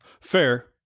Fair